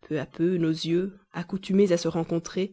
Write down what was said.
peu à peu nos yeux accoutumés à se rencontrer